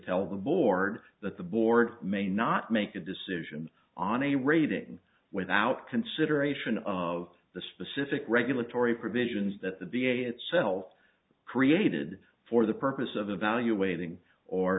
tell the board that the board may not make a decision on a rating without consideration of the specific regulatory provisions that the da itself created for the purpose of evaluating or